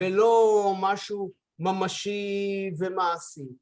ולא משהו ממשי ומעשי.